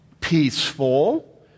peaceful